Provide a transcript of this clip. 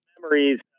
memories